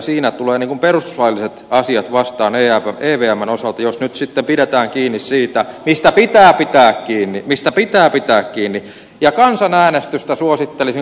siinä tulevat perustuslailliset asiat vastaan evmn osalta jos nyt sitten pidetään kiinni siitä mistä pitää pitää kiinni mistä pitää pitää kiinni ja kansanäänestystä suosittelisin